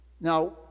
Now